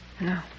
No